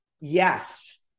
yes